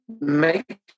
make